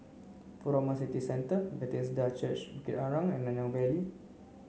Furama City Centre Bethesda Church Bukit Arang and Nanyang Valley